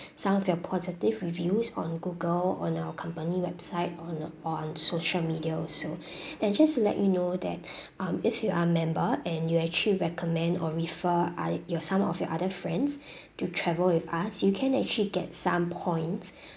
some of your positive reviews on Google on our company website or on social media also and just to let you know that um if you are member and you actually recommend or refer I your some of your other friends to travel with us you can actually get some points